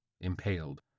impaled